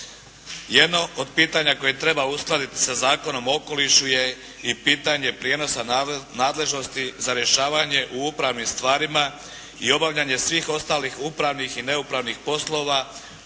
Jedno od pitanja koje treba uskladiti sa Zakonom o okolišu je i pitanje prijenosa nadležnosti za rješavanje u upravnim stvarima i obavljanje svih ostalih upravnih i neupravnih poslova